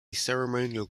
ceremonial